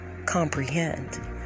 comprehend